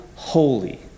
holy